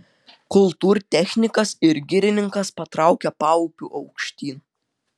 kultūrtechnikas ir girininkas patraukė paupiu aukštyn